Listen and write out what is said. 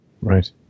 right